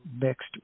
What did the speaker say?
Next